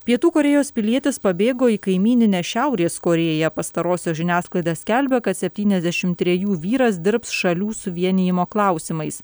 pietų korėjos pilietis pabėgo į kaimyninę šiaurės korėją pastarosios žiniasklaida skelbia kad septyniasdešim trejų vyras dirbs šalių suvienijimo klausimais